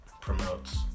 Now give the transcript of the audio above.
promotes